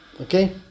Okay